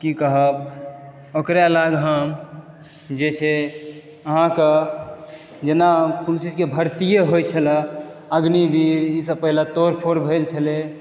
कि कहब ओकरा लेल हम जे छै अहाँके जेना कोनो चीज के भर्तिए होइ छलह अग्निवीर इसभ पहिने तोड़ फोड़ भेल छलह